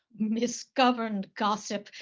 misgoverned gossip,